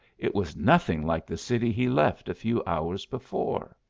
it was nothing like the city he left a few hours before.